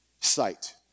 sight